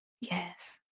Yes